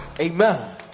Amen